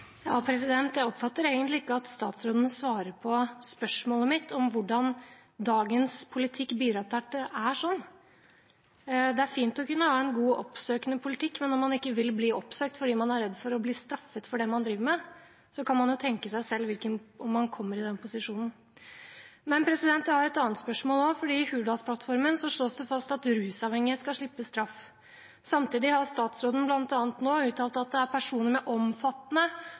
Jeg oppfatter egentlig ikke at statsråden svarer på spørsmålet mitt om hvordan dagens politikk bidrar til at det er sånn. Det er fint å kunne ha en god og oppsøkende politikk, men om man ikke vil bli oppsøkt fordi man er redd for å bli straffet for det man driver med, kan man jo tenke seg selv om man kommer i den posisjonen. Jeg har et annet spørsmål også, for i Hurdalsplattformen slås det fast at rusavhengige skal slippe straff. Samtidig har statsråden bl.a. nå uttalt at det er personer med omfattende